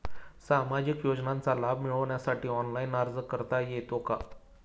सामाजिक योजनांचा लाभ मिळवण्यासाठी ऑनलाइन अर्ज करता येतो का?